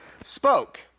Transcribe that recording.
spoke